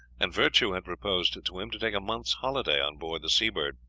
and virtue had proposed to him to take a month's holiday on board the seabird.